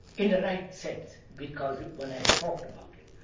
in the right sense, because one has talked about it.